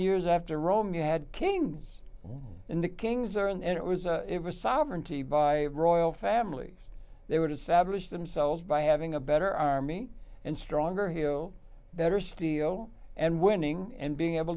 years after rome you had kings in the kings or and it was a it was sovereignty by royal families they were to satirise themselves by having a better army and stronger he'll better steel and winning and being able